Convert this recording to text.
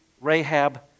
Rahab